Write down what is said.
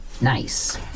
Nice